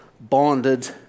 bonded